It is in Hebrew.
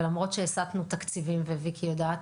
ולמרות שהסטנו תקציבים וויקי יודעת